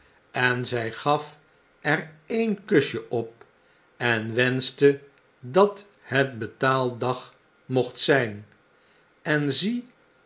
en zij gaf er e'e'nkusjeop en wenschte dat het betaaldag raocht zijn en zie